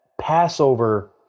Passover